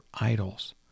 idols